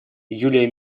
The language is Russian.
юлия